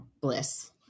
bliss